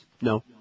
No